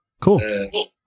Cool